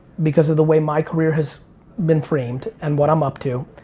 because of the way my career has been framed, and what i'm up to.